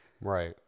Right